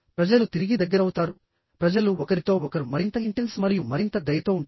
ప్రజలు తిరిగి దగ్గరవుతారు ప్రజలు ఒకరితో ఒకరు మరింత ఇంటెన్స్ మరియు మరింత దయతో ఉంటారు